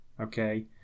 Okay